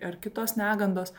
ar kitos negandos